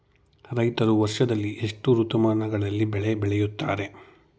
ರೈತರು ವರ್ಷದಲ್ಲಿ ಎಷ್ಟು ಋತುಮಾನಗಳಲ್ಲಿ ಬೆಳೆ ಬೆಳೆಯುತ್ತಾರೆ?